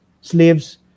slaves